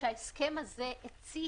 שההסכם הזה הצית